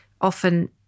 often